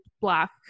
black